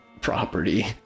property